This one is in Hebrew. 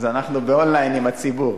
אנחנו באון-ליין עם הציבור.